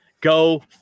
go